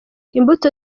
imbuto